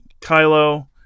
Kylo